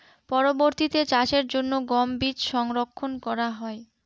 পরবর্তিতে চাষের জন্য গম বীজ সংরক্ষন করা হয়?